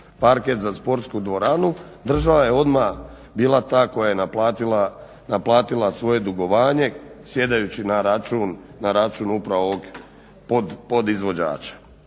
parket za sportsku dvoranu. Država je odmah bila ta koja je naplatila svoje dugovanje sjedajući na račun upravo ovog podizvođača.